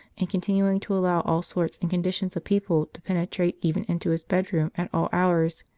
and continuing to allow all sorts and conditions of people to penetrate even into his bedroom at all hours,